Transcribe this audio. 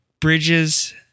bridges